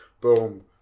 Boom